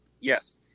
Yes